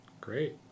Great